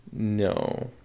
No